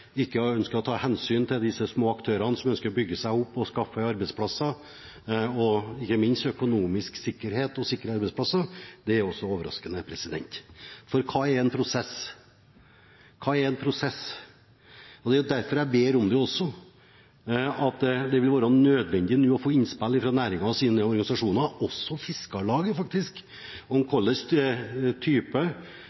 ikke har ønsket å ta hensyn til disse små aktørene som ønsker å bygge seg opp og skaffe arbeidsplasser – og ikke minst økonomisk sikkerhet og sikre arbeidsplasser – er også overraskende. For hva er en prosess? Hva er en prosess? Det er derfor jeg ber om det, det vil være nødvendig nå å få innspill fra næringens organisasjoner – også Fiskarlaget, faktisk – om